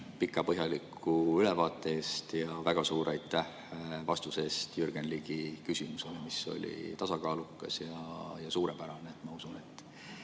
pika põhjaliku ülevaate eest ja väga suur aitäh vastuse eest Jürgen Ligi küsimusele, mis oli tasakaalukas ja suurepärane! Ma usun, et